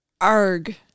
Arg